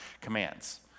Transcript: commands